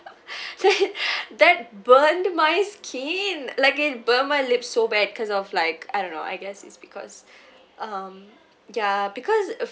that that burnt my skin like it burnt my lips so bad because of like I don't know I guess it's because um yeah because of